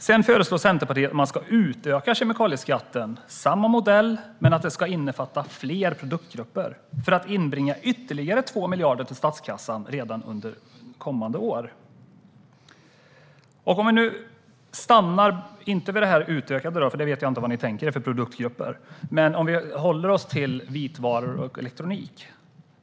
Sedan föreslår Centerpartiet att kemikalieskatten ska utökas. Det ska vara samma modell, men den ska innefatta fler produktgrupper för att inbringa ytterligare 2 miljarder till statskassan, redan under kommande år. Jag vet inte vilka produktgrupper ni tänker er, men vi kan hålla oss till vitvaror och elektronik.